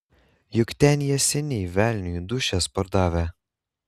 juk ten jie seniai velniui dūšias pardavę